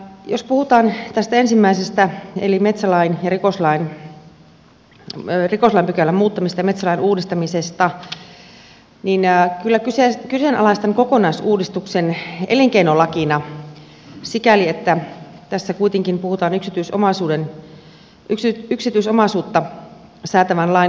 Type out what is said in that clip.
jos puhutaan tästä ensimmäisestä eli rikoslain pykälän muuttamisesta ja metsälain uudistamisesta niin kyllä kyseenalaistan kokonaisuudistuksen elinkeinolakina sikäli että tässä kuitenkin puhutaan yksityisomaisuutta säätävän lain uudistamisesta